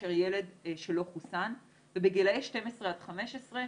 מאשר ילד שלא חוסן ובגילאי 12 עד 15,